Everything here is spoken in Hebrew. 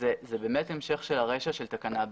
זה באמת המשך של הרישה של תקנה (ב).